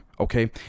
okay